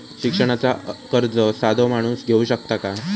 शिक्षणाचा कर्ज साधो माणूस घेऊ शकता काय?